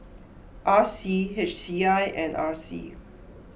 R C H C I and R C